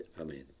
Amen